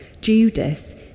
Judas